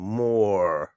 more